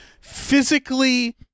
physically